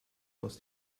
aus